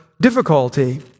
difficulty